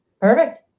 perfect